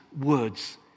words